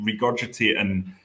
regurgitating